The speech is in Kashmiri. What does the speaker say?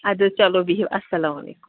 اَدٕ حظ چلو بِہِو اَسلام علیکُم